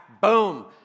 boom